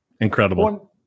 incredible